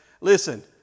listen